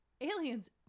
aliens